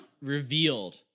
revealed